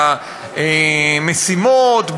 במשימות,